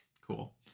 Cool